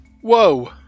Whoa